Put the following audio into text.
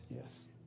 Yes